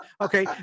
okay